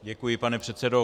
Děkuji, pane předsedo.